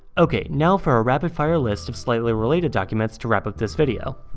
okay now for a rapid-fire list of slightly related documents to wrap up this video.